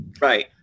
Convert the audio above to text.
Right